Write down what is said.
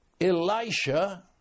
Elisha